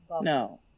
no